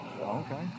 Okay